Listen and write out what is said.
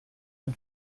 den